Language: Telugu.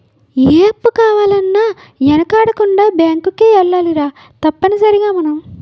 ఏ అప్పు కావాలన్నా యెనకాడకుండా బేంకుకే ఎల్లాలిరా తప్పనిసరిగ మనం